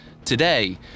Today